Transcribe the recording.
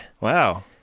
Wow